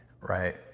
right